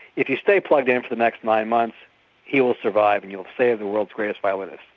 if you stay plugged in for the next nine months he will survive and you will save the world's greatest violinist.